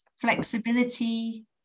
flexibility